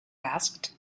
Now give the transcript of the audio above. asked